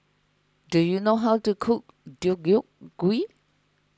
do you know how to cook Deodeok Gui